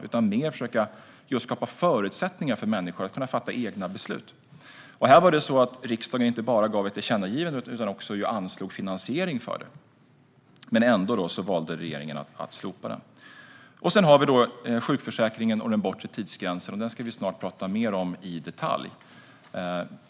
I stället skapade det förutsättningar för människor att kunna fatta egna beslut. Här var det så att riksdagen inte bara gav ett tillkännagivande utan också anslog finansiering. Ändå valde regeringen att slopa den. Så har vi den bortre tidsgränsen i sjukförsäkringen, något som vi snart ska tala mer om i detalj.